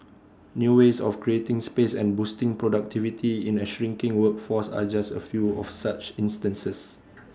new ways of creating space and boosting productivity in A shrinking workforce are just A few of such instances